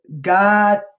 God